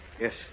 Yes